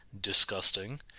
disgusting